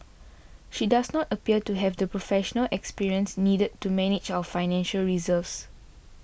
she does not appear to have the professional experience needed to manage our financial reserves